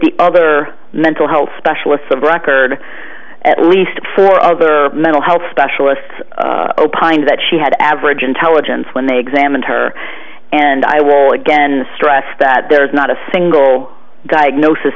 the other mental health specialists of record at least four other mental health specialists opined that she had average intelligence when they examined her and i will again the stressed that there is not a single diagnosis